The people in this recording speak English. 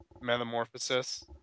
metamorphosis